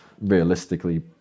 realistically